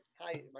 hi